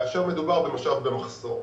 כאשר מדובר למשל במחסור.